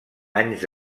anys